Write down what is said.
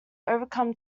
overcome